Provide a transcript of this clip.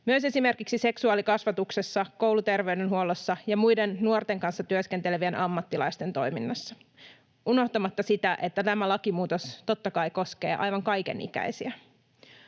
myös esimerkiksi seksuaalikasvatuksessa, kouluterveydenhuollossa ja muiden nuorten kanssa työskentelevien ammattilaisten toiminnassa — unohtamatta sitä, että tämä lakimuutos totta kai koskee aivan kaiken ikäisiä.